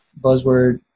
buzzword